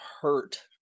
hurt